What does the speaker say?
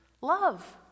love